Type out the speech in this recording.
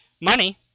money